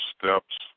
steps